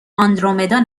آندرومدا